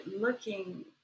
looking